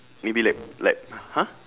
maybe like like h~ !huh!